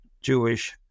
Jewish